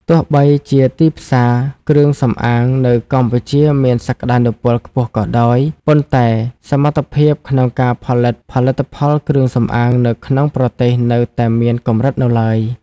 ទោះបីជាទីផ្សារគ្រឿងសម្អាងនៅកម្ពុជាមានសក្ដានុពលខ្ពស់ក៏ដោយ ប៉ុន្តែសមត្ថភាពក្នុងការផលិតផលិតផលគ្រឿងសម្អាងនៅក្នុងប្រទេសនៅតែមានកម្រិតនៅឡើយ។